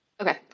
Okay